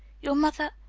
your mother?